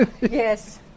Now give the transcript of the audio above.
yes